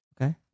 Okay